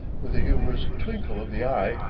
with a humorous twinkle of the eye,